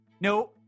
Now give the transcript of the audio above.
No